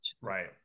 Right